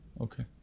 Okay